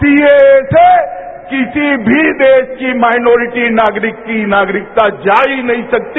CAA से किसी भी देश की माइनोरिटी नागरिक की नागरिकता जा ही नहीं सकती